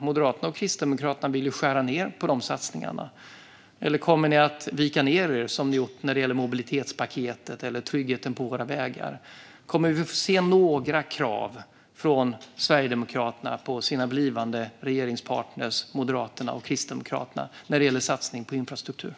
Moderaterna och Kristdemokraterna vill ju skära ned på de satsningarna. Eller kommer ni att vika ned er som ni har gjort när det gäller mobilitetspaketet eller tryggheten på våra vägar? Kommer vi att få se några krav från Sverigedemokraterna på deras blivande regeringspartner, Moderaterna och Kristdemokraterna, när det gäller satsning på infrastruktur?